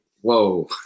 whoa